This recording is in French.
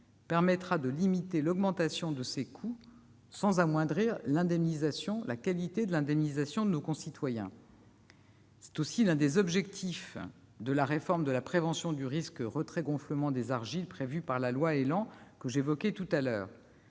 permettra de limiter l'augmentation de ces coûts sans amoindrir la qualité de l'indemnisation de nos concitoyens. C'est aussi l'un des objectifs de la réforme de la prévention du risque retrait-gonflement des argiles prévu par la loi Élan, que j'évoquais tout à l'heure